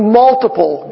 multiple